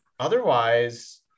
Otherwise